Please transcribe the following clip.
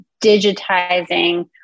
digitizing